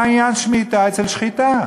מה עניין שמיטה אצל שחיטה?